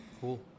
Cool